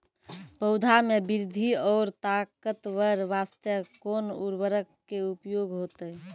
पौधा मे बृद्धि और ताकतवर बास्ते कोन उर्वरक के उपयोग होतै?